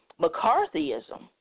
McCarthyism